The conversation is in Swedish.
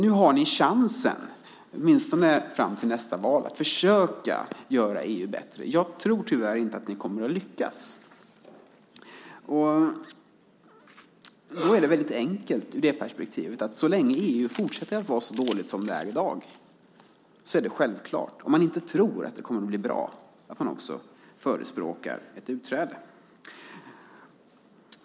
Nu har ni chansen, åtminstone fram till nästa val, att försöka göra EU bättre. Jag tror tyvärr inte att ni kommer att lyckas. Och ur det perspektivet är det väldigt enkelt: Så länge EU fortsätter att vara så dåligt som det är i dag är valet självklart. Om man inte tror att det kommer att bli bra är det klart att man också förespråkar ett utträde.